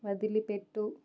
వదిలిపెట్టు